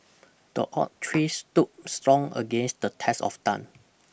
the oak tree stood strong against the test of time